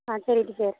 ஆ சரி டீச்சர்